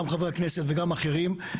גם חברי הכנסת וגם אחרים,